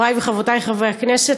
חברי וחברותי חברי הכנסת,